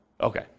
Okay